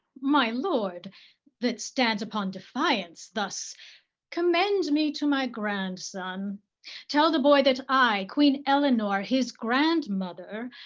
my lord that stands upon defiance thus commend me to my grandson tell the boy, that i, queen eleanor, his grandmother,